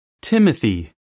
Timothy